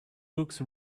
books